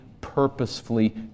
purposefully